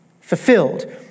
fulfilled